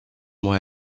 why